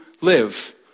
live